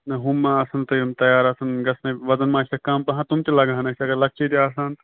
نہ ہُم ما آسَن تہٕ یِم تیار آسَن گژھنے وَزَن مہَ آسیٚکھ کم پَہَن تم تہِ لگہَن اَسہِ اگر لَکچہِ تہِ آسہَن